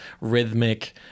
rhythmic